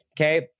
Okay